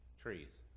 Trees